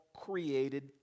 created